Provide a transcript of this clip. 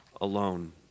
alone